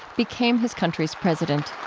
became his country's president